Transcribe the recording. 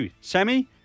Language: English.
Sammy